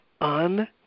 un